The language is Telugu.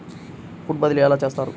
ఫండ్ బదిలీ ఎలా చేస్తారు?